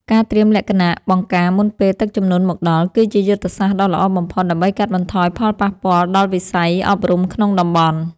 ការត្រៀមលក្ខណៈបង្ការមុនពេលទឹកជំនន់មកដល់ គឺជាយុទ្ធសាស្ត្រដ៏ល្អបំផុត ដើម្បីកាត់បន្ថយផលប៉ះពាល់ដល់វិស័យអប់រំក្នុងតំបន់។